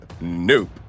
Nope